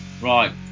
Right